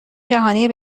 جهانی